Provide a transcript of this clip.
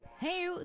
Hey